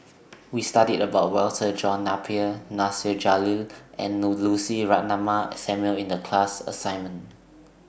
We studied about Walter John Napier Nasir Jalil and No Lucy Ratnammah Samuel in The class assignment